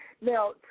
Now